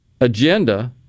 agenda